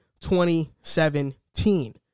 2017